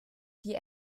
die